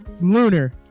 Lunar